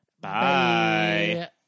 bye